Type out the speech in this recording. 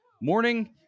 morning